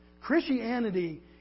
Christianity